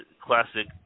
classic